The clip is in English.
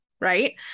Right